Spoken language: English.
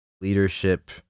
leadership